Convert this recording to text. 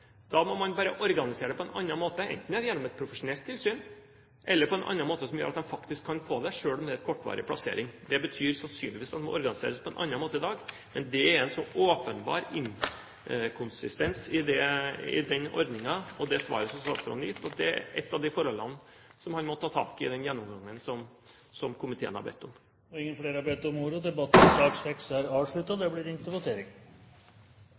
Da må statsråden gå gjennom det og avklare: Har de krav på tilsynsfører? Ok, hvis de fortsatt skal ha det, må man bare organisere det på en annen måte, enten gjennom et profesjonelt tilsyn eller på en annen måte som gjør at de faktisk kan få det, selv om det er en kortvarig plassering. Det betyr sannsynligvis at dette må organiseres på en annen måte enn i dag. Men det er en så åpenbar inkonsistens i den ordningen og i det svaret som statsråden har gitt, at det er et av de forholdene som han må ta tak i i den gjennomgangen som komiteen har bedt om. Flere har ikke bedt om ordet til sak